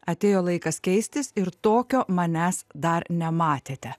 atėjo laikas keistis ir tokio manęs dar nematėte